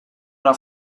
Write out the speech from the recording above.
una